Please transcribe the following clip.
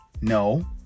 no